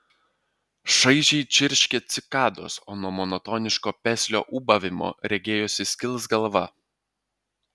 šaižiai čirškė cikados o nuo monotoniško peslio ūbavimo regėjosi skils galva